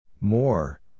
More